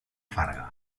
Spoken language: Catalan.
farga